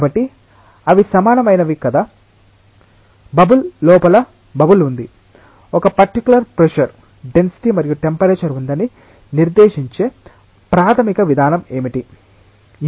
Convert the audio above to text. కాబట్టి అవి సమానమైనవి కాదా బబుల్ లోపల బబుల్ ఉంది ఒక పర్టికులర్ ప్రెషర్ డెన్సిటీ మరియు టెంపరేచర్ ఉందని నిర్దేశించే ప్రాథమిక విధానం ఏమిటి